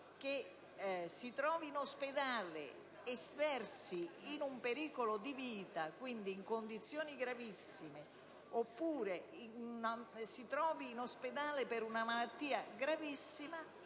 che si trovi in ospedale e versi in pericolo di vita, ossia in condizioni gravissime, oppure che si trovi in ospedale per una malattia gravissima,